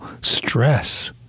stress